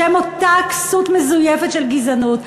בשם אותה כסות מזויפת של גזענות,